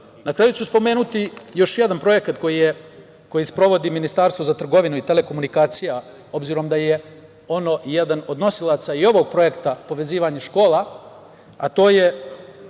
kraju ću spomenuti još jedan projekat koji sprovodi Ministarstvo za trgovinu i telekomunikacije, a obzirom da je ono jedan od nosilaca i ovog projekta „Povezivanja škola“, a to je